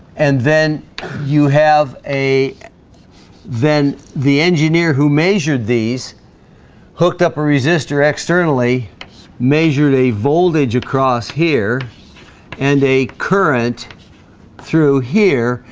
and then you have a vent the engineer who measured these hooked up a resistor externally measured a voltage across here and a current through here,